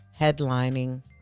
headlining